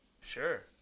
Sure